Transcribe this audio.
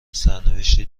سرنوشتی